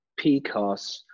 PCOS